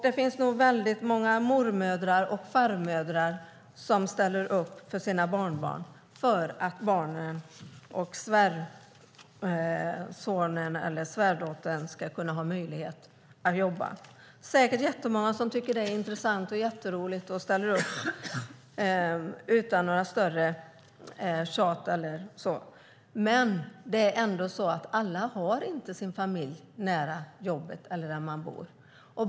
Det finns nog många mormödrar och farmödrar som ställer upp för sina barnbarn så att barnen, svärsonen eller svärdottern kan jobba. Det finns säkert många som tycker att det är intressant och roligt och ställer upp utan tjat, men alla har inte sin familj nära jobbet eller där de bor.